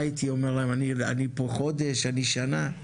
מה הייתי אומר להם, אני פה חודש, אני שנה?